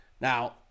Now